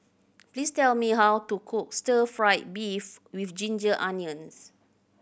please tell me how to cook stir fried beef with ginger onions